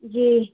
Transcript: جی